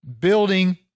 building